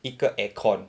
一个 aircon